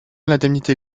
l’indemnité